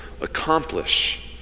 accomplish